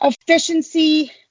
efficiency